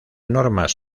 normas